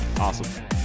Awesome